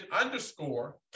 underscore